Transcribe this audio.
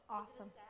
awesome